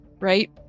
right